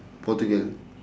portugal